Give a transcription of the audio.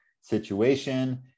situation